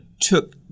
took